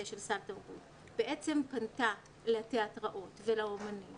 של סל תרבות פנתה לתיאטראות ולאומנים